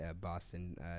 Boston